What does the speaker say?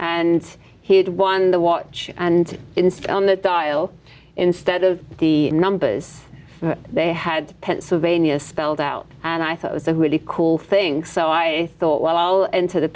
and he had one the watch and instead on the dial instead of the numbers they had pennsylvania spelled out and i thought was a really cool thing so i thought well i'll enter the